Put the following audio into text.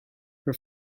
her